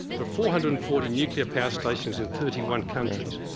there are four hundred and forty nuclear power stations in thirty one countries.